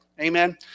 amen